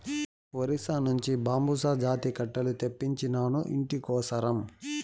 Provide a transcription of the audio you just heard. ఒరిస్సా నుంచి బాంబుసా జాతి కట్టెలు తెప్పించినాను, ఇంటి కోసరం